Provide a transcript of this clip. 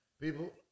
People